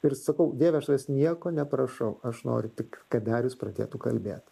ir sakau dieve aš nieko neprašau aš noriu tik kad darius pradėtų kalbėt